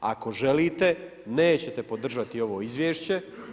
Ako želite, neće podržati ovo izvješće.